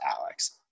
Alex